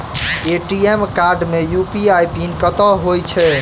ATM card मे UPI PIN कतह होइ है?